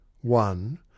one